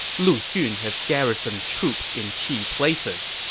lu xun has garrisoned troops in key places.